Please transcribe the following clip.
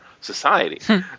society